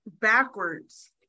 backwards